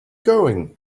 going